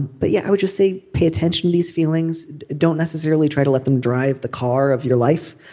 but yeah, i would just say pay attention. these feelings don't necessarily try to let them drive the car of your life.